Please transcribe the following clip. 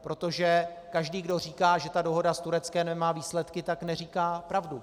Protože každý, kdo říká, že dohoda s Tureckem nemá výsledky, tak neříká pravdu.